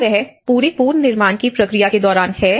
क्या वह पूरी पुनर्निर्माण की प्रक्रिया के दौरान है